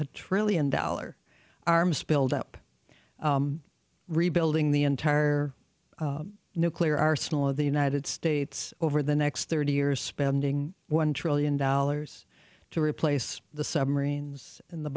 a trillion dollar arms build up rebuilding the entire nuclear arsenal of the united states over the next thirty years spending one trillion dollars to replace the submarines in the